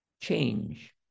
change